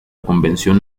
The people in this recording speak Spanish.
convención